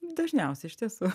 dažniausiai iš tiesų